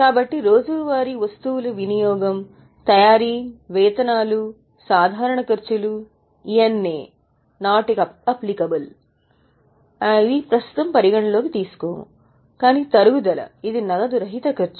కాబట్టి రోజువారీ వస్తువులు వినియోగం తయారీ వేతనాలు సాధారణ ఖర్చులు NA కానీ తరుగుదల ఇది నగదు రహిత ఖర్చు